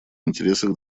интересах